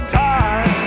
time